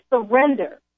surrender